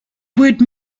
word